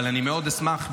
אבל אני מאוד אשמח,